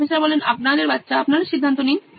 professor আপনাদের বাচ্চা আপনারা সিদ্ধান্ত নিন